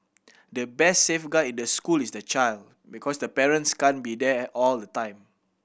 the best safeguard in the school is the child because the parents can't be there all the time